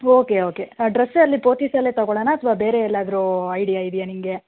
okay okay ಡ್ರೆಸ್ಸಲ್ಲಿ ಪೋತಿಸಲ್ಲೇ ತಗೊಳಣ ಅಥವಾ ಬೇರೆ ಎಲ್ಲಾದರೂ ಐಡಿಯಾ ಇದೆಯಾ ನಿನಗೆ